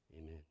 Amen